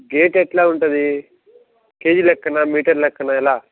gate ఎట్లా ఉంటుందీ KG లెక్కనా మీటర్ లెక్కనా ఎలా